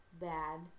bad